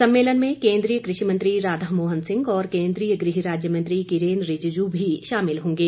सम्मेलन में केंद्रीय कृषि मंत्री राधा मोहन सिंह और केंद्रीय गृह राज्य मंत्री किरेन रिजिजू भी शामिल होंगे